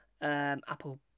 Apple